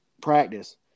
practice